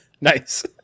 Nice